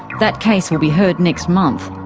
that case will be heard next month.